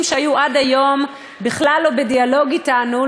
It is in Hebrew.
שהיו עד היום בכלל לא בדיאלוג אתנו,